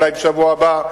אולי בשבוע הבא,